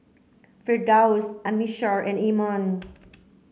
Firdaus Amsyar and Iman